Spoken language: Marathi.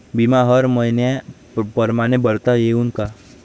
बिमा हर मइन्या परमाने भरता येऊन का?